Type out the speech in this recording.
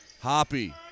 Hoppy